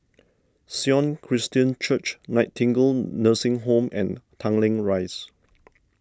Sion Christian Church Nightingale Nursing Home and Tanglin Rise